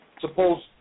Suppose